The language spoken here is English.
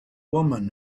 woman